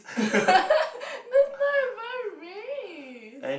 that's not even race